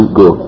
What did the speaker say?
go